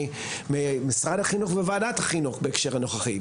ממשרד החינוך ומוועדת החינוך בהקשר הנוכחי.